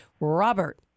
Robert